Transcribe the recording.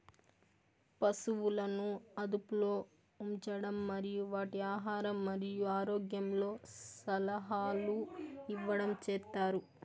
పసువులను అదుపులో ఉంచడం మరియు వాటి ఆహారం మరియు ఆరోగ్యంలో సలహాలు ఇవ్వడం చేత్తారు